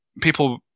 people